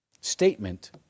statement